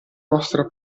nostra